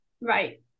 Right